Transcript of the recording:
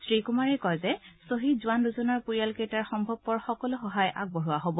শ্ৰী কুমাৰে কয় যে খ্বহীদ জোৱান দুজনৰ পৰিয়ালকেইটাক সম্ভৱপৰ সকলো সহায় আগবঢ়োৱা হ'ব